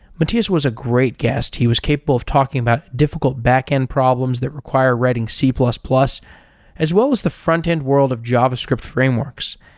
mathias was a great quest. he was capable of talking about difficult backend problems that require writing c plus plus as well as the frontend world of javascript frameworks,